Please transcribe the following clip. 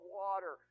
water